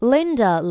Linda